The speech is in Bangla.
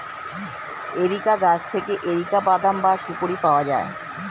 এরিকা গাছ থেকে এরিকা বাদাম বা সুপোরি পাওয়া যায়